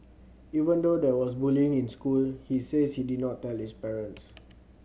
even though there was bullying in school he says he did not tell his parents